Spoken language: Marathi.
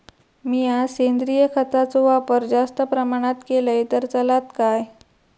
मीया सेंद्रिय खताचो वापर जास्त प्रमाणात केलय तर चलात काय?